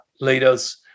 leaders